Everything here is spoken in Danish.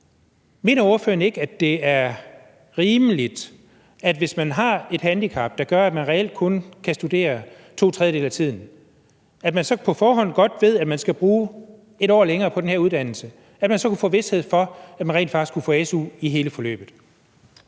men mener ordføreren omvendt ikke, det er rimeligt, at man, hvis man har et handicap, der gør, at man reelt kun kan studere to tredjedele af tiden og dermed på forhånd godt ved, at man skal bruge et år længere på den her uddannelse, så kunne få vished for, at man rent faktisk kunne få su i hele forløbet?